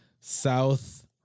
south